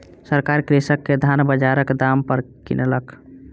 सरकार कृषक के धान बजारक दाम पर किनलक